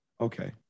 Okay